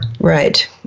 Right